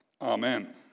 Amen